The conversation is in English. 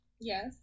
Yes